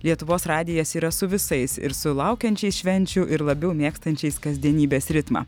lietuvos radijas yra su visais ir sulaukiančiais švenčių ir labiau mėgstančiais kasdienybės ritmą